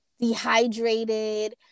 Dehydrated